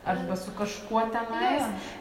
arba su kažkuo tenais